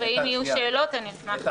ואם יהיו שאלות אני אשמח לענות.